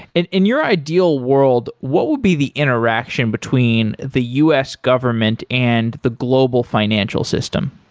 and in your ideal world, what would be the interaction between the us government and the global financial system?